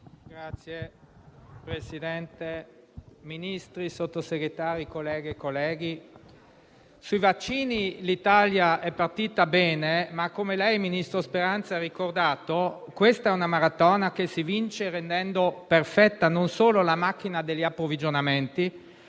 rappresentanti del Governo, colleghe e colleghi, sui vaccini l'Italia è partita bene, ma come il ministro Speranza ha ricordato, questa è una maratona che si vince rendendo perfetta non solo la macchina degli approvvigionamenti,